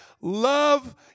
love